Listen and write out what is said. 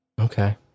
Okay